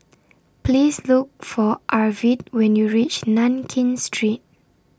Please Look For Arvid when YOU REACH Nankin Street